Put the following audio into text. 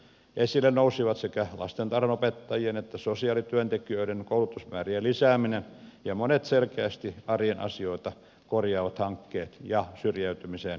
esille nousivat sekä lastentarhanopettajien että sosiaalityöntekijöiden koulutusmäärien lisääminen ja monet selkeästi arjen asioita korjaavat hankkeet ja syrjäytymiseen puuttuminen